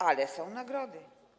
Ale są nagrody.